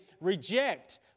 reject